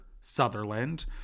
Sutherland